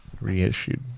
reissued